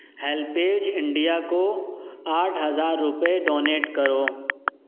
HelpAge India کو آٹھ ہزار روپئے ڈونیٹ کرو